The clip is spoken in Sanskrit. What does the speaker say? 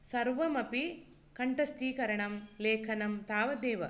सर्वमपि कण्ठस्थीकरणं लेखनं तावदेव